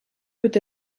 peut